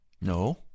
No